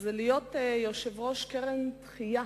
זה להיות יושב-ראש קרן "התחייה",